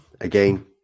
Again